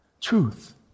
Truth